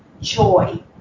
joy